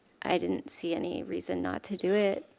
i didn't see any reason not to do it.